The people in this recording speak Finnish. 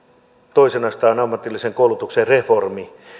toisen asteen ammatillisen koulutuksen reformi